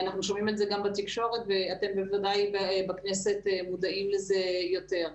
אנחנו שומעים את זה גם בתקשורת ואתם בכנסת ודאי מודעים לזה יותר.